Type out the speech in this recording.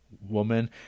woman